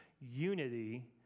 unity